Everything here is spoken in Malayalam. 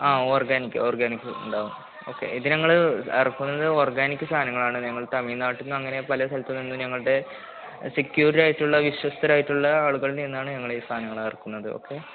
ആ ഓർഗാനിക് ഓർഗാനിക് ഉണ്ടാകും ഓക്കെ ഇത് ഞങ്ങള് ഇറക്കുന്നത് ഓർഗാനിക് സാധനങ്ങളാണ് ഞങ്ങൾ തമിഴ്നാട്ടില് നിന്ന് അങ്ങനെ പല സ്ഥലത്തുനിന്നും ഞങ്ങളുടെ സെക്യൂർ ആയിട്ടുള്ള വിശ്വസ്തരായിട്ടുള്ള ആളുകളില് നിന്നാണ് ഞങ്ങള് ഈ സാധനങ്ങള് ഇറക്കുന്നത് ഓക്കെ